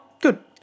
good